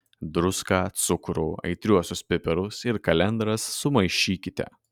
druską cukrų aitriuosius pipirus ir kalendras sumaišykite